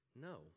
no